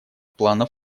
планов